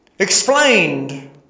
explained